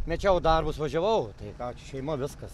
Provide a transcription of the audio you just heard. mečiau darbus važiavau tai ką čia šeima viskas